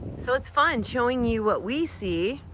so it's fun showing you what we see,